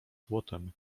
złotem